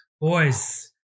Boys